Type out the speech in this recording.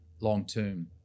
long-term